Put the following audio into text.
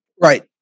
Right